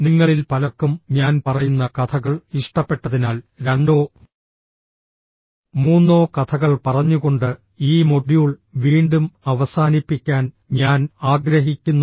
നിങ്ങളിൽ പലർക്കും ഞാൻ പറയുന്ന കഥകൾ ഇഷ്ടപ്പെട്ടതിനാൽ രണ്ടോ മൂന്നോ കഥകൾ പറഞ്ഞുകൊണ്ട് ഈ മൊഡ്യൂൾ വീണ്ടും അവസാനിപ്പിക്കാൻ ഞാൻ ആഗ്രഹിക്കുന്നു